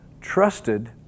trusted